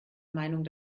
meinung